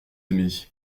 aimez